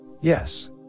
Yes